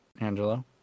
Angelo